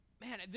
man